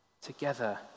together